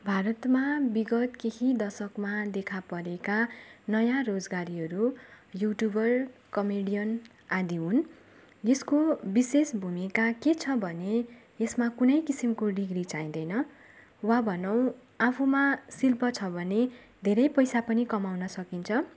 भारतमा विगत केही दशकमा देखापरेका नयाँ रोजगारीहरू युट्युबर कमेडियन आदि हुन् यसको विशेष भूमिका के छ भने यसमा कुनै किसिमको डिग्री चाहिँदैन वा भनौँ आफूमा शिल्प छ भने धेरै पैसा पनि कमाउन सकिन्छ